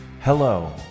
Hello